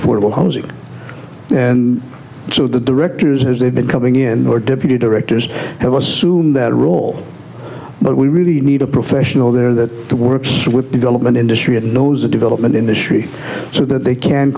affordable housing and so the directors as they've been coming in are deputy directors have assumed that role but we really need a professional there that works with development industry and knows the development industry so that they can